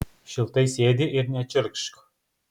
šiltai sėdi ir nečirkšk